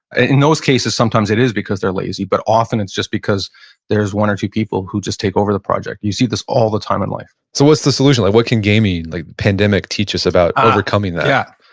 ah in those cases, sometimes it is because they're lazy, but often it's just because there's one or two people who take over the project. you see this all the time in life so what's the solution? like what can gaming, like pandemic, teach us about overcoming that? yeah.